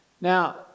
Now